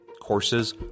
Courses